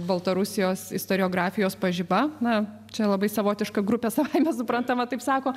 baltarusijos istoriografijos pažiba na čia labai savotiška grupė savaime suprantama taip sako